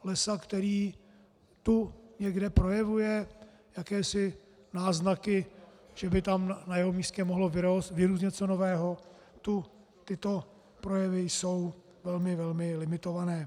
Lesa, který tu někde projevuje jakési náznaky, že by tam na jeho místě mohlo vyrůst něco nového, tu tyto projevy jsou velmi, velmi limitované.